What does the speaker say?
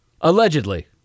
Allegedly